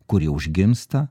kuri užgimsta